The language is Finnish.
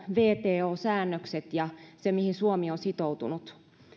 wto säännökset ja se mihin suomi on sitoutunut